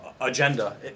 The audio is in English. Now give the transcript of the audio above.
agenda